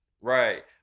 Right